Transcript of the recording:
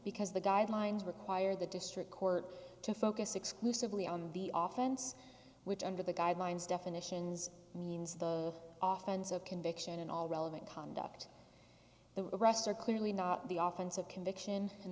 because the guidelines require the district court to focus exclusively on the office which under the guidelines definitions means the oftens of conviction and all relevant conduct the rest are clearly not the office of conviction and